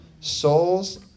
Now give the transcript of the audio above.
Souls